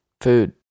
food